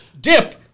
dip